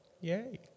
Yay